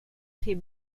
fer